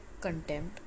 contempt